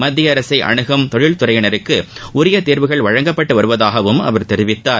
மத்திய அரசை அனுகும் தொழில் துறையினருக்கு உரிய தீர்வுகள் வழங்கப்பட்டு வருவதாகவும் அவர் தெரிவித்தார்